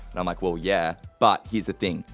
and i'm like, well yeah, but here's the thing,